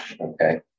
okay